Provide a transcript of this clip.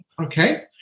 Okay